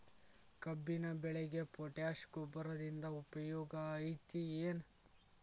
ಕಬ್ಬಿನ ಬೆಳೆಗೆ ಪೋಟ್ಯಾಶ ಗೊಬ್ಬರದಿಂದ ಉಪಯೋಗ ಐತಿ ಏನ್?